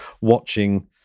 watching